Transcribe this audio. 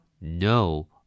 No